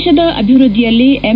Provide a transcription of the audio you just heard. ದೇಶದ ಅಭಿವೃದ್ದಿಯಲ್ಲಿ ಎಂ